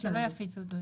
14 ביקש שלא יפיצו אותו.